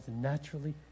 naturally